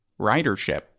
ridership